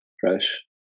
fresh